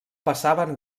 passaven